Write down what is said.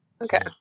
Okay